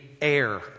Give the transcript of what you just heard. air